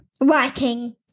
Writing